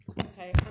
Okay